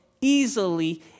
easily